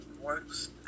works